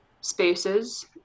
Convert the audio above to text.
spaces